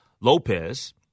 Lopez